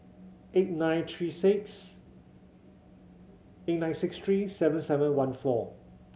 eight nine three six eight nine six three seven seven one four